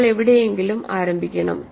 നമ്മൾ എവിടെയെങ്കിലും ആരംഭിക്കണം